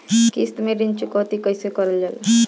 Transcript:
किश्त में ऋण चुकौती कईसे करल जाला?